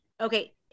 Okay